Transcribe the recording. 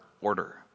order